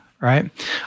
Right